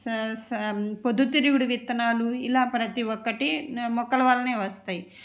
సా సా పొద్దుతిరుగుడు విత్తనాలు ఇలా ప్రతి ఒక్కటి మొక్కల వలనే వస్తాయి